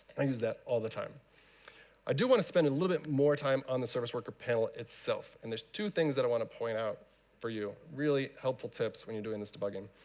i use that all the time i do want to spend a little bit more time on the service worker panel itself. and there are two things that i want to point out for you, really helpful tips when you're doing this debugging.